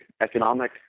economic